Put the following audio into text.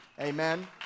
Amen